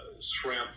shrimp